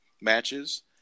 matches